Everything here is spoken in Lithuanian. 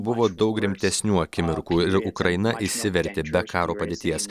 buvo daug rimtesnių akimirkų ukraina išsivertė be karo padėties